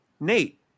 Nate